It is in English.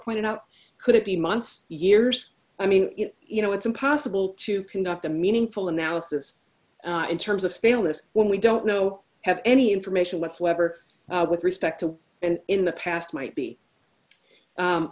pointed out could it be months years i mean you know it's impossible to conduct a meaningful analysis in terms of staleness when we don't know have any information whatsoever with respect to and in the past might be